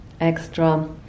extra